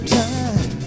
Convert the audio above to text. time